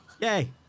Yay